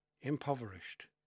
impoverished